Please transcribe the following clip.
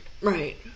Right